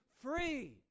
free